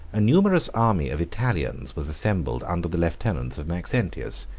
a numerous army of italians was assembled under the lieutenants of maxentius,